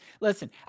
Listen